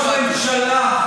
אם ראש ממשלה,